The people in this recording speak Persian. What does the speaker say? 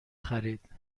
خرید